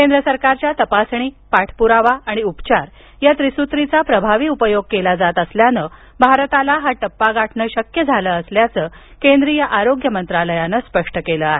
केंद्र सरकारच्या तपासणी पाठपुरावा आणि उपचार या त्रिसूत्रीचा प्रभावी उपयोग केला जात असल्यानं भारताला हा टप्पा गाठणं शक्य झालं असल्याचं केंद्रीय आरोग्य मंत्रालयानं स्पष्ट केलं आहे